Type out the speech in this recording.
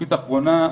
שקופית אחרונה,